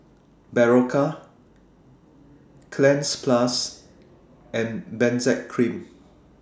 Berocca Cleanz Plus and Benzac Cream